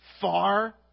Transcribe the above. far